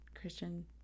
Christian